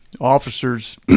officers –